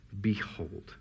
behold